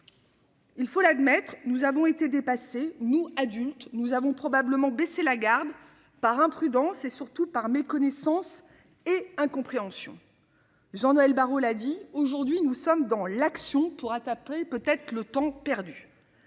Il faut l'admettre. Nous avons été dépassés, nous adultes. Nous avons probablement baisser la garde par imprudence et surtout par méconnaissance, et incompréhension. Jean-Noël Barrot là dit aujourd'hui nous sommes dans l'action pourra après peut-être le temps perdu.